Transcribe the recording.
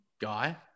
guy